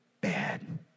bad